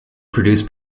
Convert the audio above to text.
produced